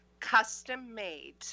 custom-made